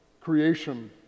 creation